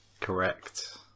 Correct